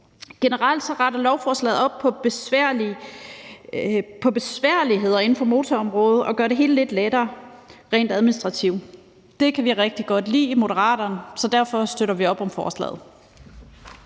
Generelt retter lovforslaget op på besværligheder inden for motorområdet og gør det hele lidt lettere rent administrativt. Det kan vi rigtig godt lide i Moderaterne, så derfor støtter vi op om forslaget.